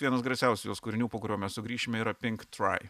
vienas garsiausių jos kūrinių po kurio mes sugrįšime yra pink try